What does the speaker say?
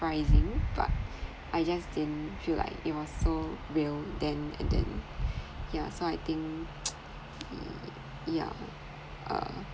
surprising but I just didn't feel like it was so real then and then yeah so I think yeah err